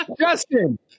justin